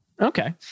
Okay